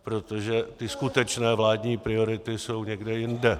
Protože ty skutečné vládní priority jsou někde jinde.